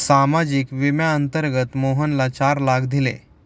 सामाजिक विम्याअंतर्गत मोहनला चार लाख दिले